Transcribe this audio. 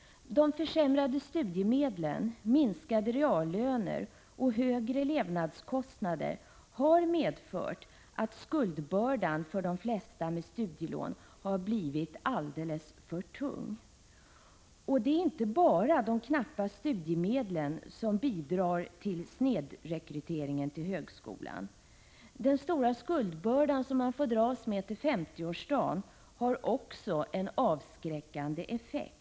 Försämrade studiemedel, minskade reallöner och högre levnadsomkostnader har medfört att skuldbördan för de flesta som har studielån har blivit alldeles för tung. Det är alltså inte bara de knappa studiemedlen som bidrar till snedrekryteringen till högskolan. Den stora skuldbörda som de studerande får dras med till sin 50-årsdag har också en avskräckande effekt.